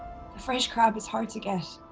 fresh crab is hard to get.